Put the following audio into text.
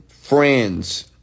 Friends